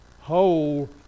whole